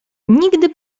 nigdy